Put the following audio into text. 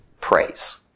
praise